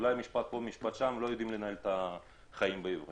אולי כמה משפטים אבל לא יודעים לנהל את החיים בעברית.